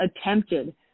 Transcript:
attempted